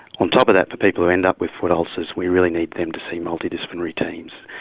on top of that, the people who end up with foot ulcers, we really need them to see multidisciplinary teams.